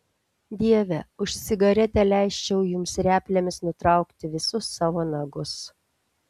dieve už cigaretę leisčiau jums replėmis nutraukti visus savo nagus